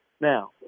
Now